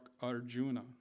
Arjuna